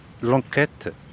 l'enquête